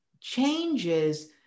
changes